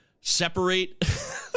separate